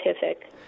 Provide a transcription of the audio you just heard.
scientific